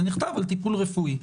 זה נכתב על טיפול רפואי.